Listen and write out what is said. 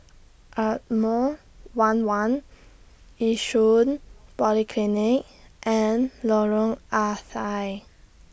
Ardmore one one Yishun Polyclinic and Lorong Ah Thia